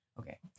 Okay